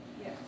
yes